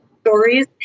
stories